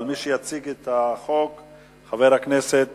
אבל מי שיציג את החוק הוא חבר הכנסת